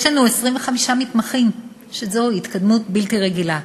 יש לנו 25 מתמחים, שזו התקדמות בלתי רגילה.